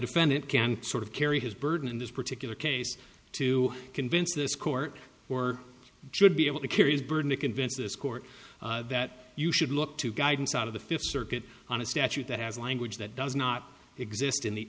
defendant can sort of carry his burden in this particular case to convince this court or good be able to curious burden to convince this court that you should look to guidance out of the fifth circuit on a statute that has language that does not exist in the